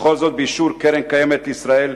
וכל זאת באישור קרן-קיימת לישראל,